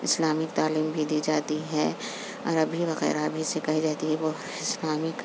Islamic تعلیم بھی دی جاتی ہے اور عربی وغیرہ بھی سکھائی جاتی ہے وہ اسلامک